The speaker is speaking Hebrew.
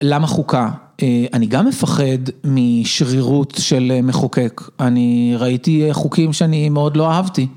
למה חוקה? אני גם מפחד משרירות של מחוקק. אני ראיתי חוקים שאני מאוד לא אהבתי.